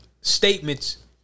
statements